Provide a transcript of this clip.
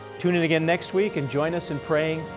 tune in again next week and join us in praying,